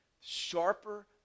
sharper